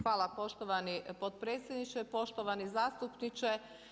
Hvala poštovani potpredsjedniče, poštovani zastupniče.